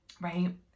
right